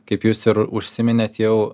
kaip jūs ir užsiminėt jau